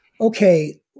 okay